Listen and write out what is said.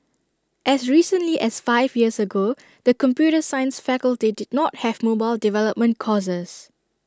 as recently as five years ago the computer science faculty did not have mobile development courses